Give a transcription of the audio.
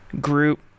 group